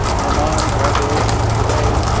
armand graduation today,